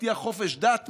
תבטיח חופש דת,